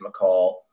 McCall